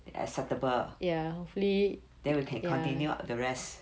acceptable then we can continue the rest